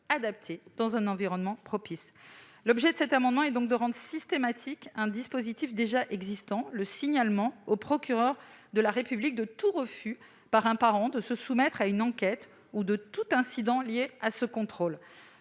adaptée, dans un environnement propice. L'objet de cet amendement est donc de rendre systématique un dispositif déjà existant : le signalement au procureur de la République de tout refus par un parent de se soumettre à une enquête ou de tout incident lié à ce contrôle.